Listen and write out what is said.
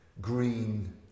green